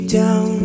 down